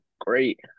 great